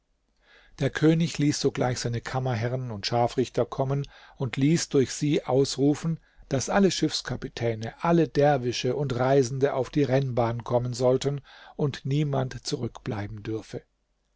der könig ließ sogleich seine kammerherrn und scharfrichter kommen und ließ durch sie ausrufen daß alle schiffskapitäne alle derwische und reisende auf die rennbahn kommen sollten und niemand zurückbleiben dürfe